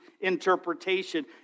interpretation